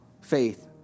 faith